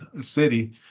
city